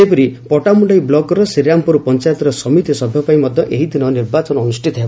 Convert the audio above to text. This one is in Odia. ସେହିପରି ପଟ୍ଟାମୁଖାଇ ବୁକର ଶ୍ରୀରାମପୁର ପଞାୟତର ସମିତି ସଭ୍ୟ ପାଇଁ ମଧ୍ୟ ଏହିଦିନ ନିର୍ବାଚନ ଅନୁଷିତ ହେବ